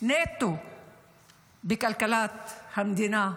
נטו בכלכלת המדינה,